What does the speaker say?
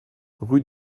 rue